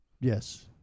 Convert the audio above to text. yes